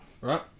Right